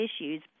issues